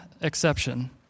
exception